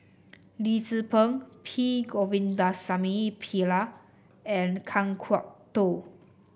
Lim Tze Peng P Govindasamy Pillai and Kan Kwok Toh